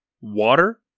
water